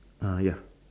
ah ya